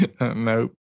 Nope